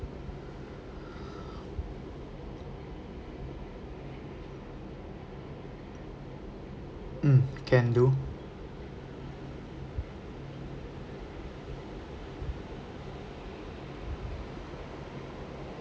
mm can do